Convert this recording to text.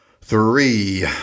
Three